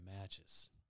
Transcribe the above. matches